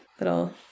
little